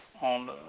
on